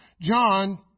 John